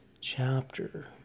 chapter